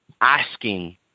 asking